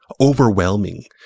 overwhelming